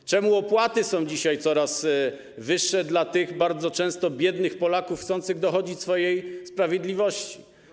Dlaczego opłaty są dzisiaj coraz wyższe dla tych bardzo często biednych Polaków, chcących dochodzić swojej sprawiedliwości?